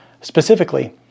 Specifically